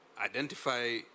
identify